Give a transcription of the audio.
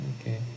Okay